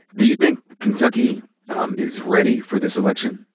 do you think kentucky um is ready for this election,